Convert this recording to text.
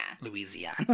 Louisiana